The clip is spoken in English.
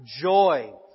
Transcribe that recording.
joy